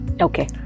Okay